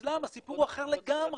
אצלם הסיפור הוא אחר לגמרי.